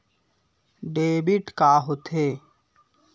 Debit का होथे?